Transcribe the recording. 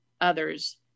others